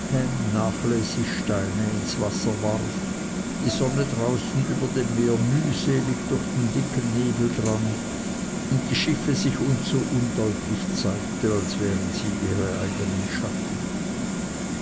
nachlässig steine ins wasser warf und die sonne draußen über dem meer mühselig durch den dicken nebel drang und die schiffe sich uns so undeutlich zeigten als wären sie ihre eignen schatten